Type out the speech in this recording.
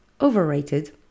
overrated